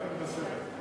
גם במבשרת.